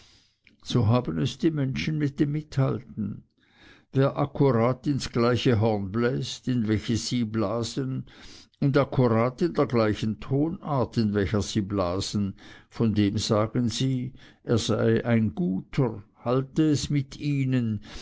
so haben es die menschen mit dem mithalten wer akkurat ins gleiche horn bläst in welches sie blasen und akkurat in der gleichen tonart in welcher sie blasen von dem sagen sie der sei ein guter halte es mit ihnen